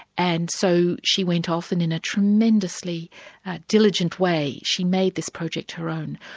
and so she went off and in a tremendously diligent way she made this project her own.